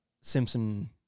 Simpson